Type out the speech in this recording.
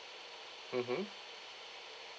mmhmm